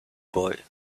boy